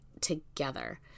together